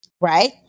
Right